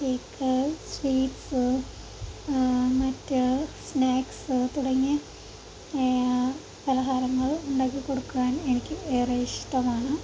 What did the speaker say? cake sweets മറ്റ് snacks തുടങ്ങിയ പലഹാരങ്ങൾ ഉണ്ടാക്കി കൊടുക്കുവാൻ എനിക്ക് ഏറെ ഇഷ്ടമാണ്